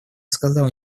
сказал